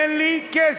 אין לי כסף.